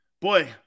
boy